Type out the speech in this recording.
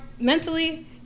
mentally